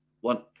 one